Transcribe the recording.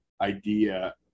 idea